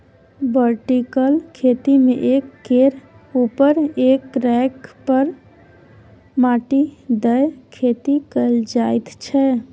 vertical खेती मे एक केर उपर एक रैक पर माटि दए खेती कएल जाइत छै